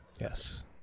Yes